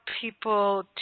people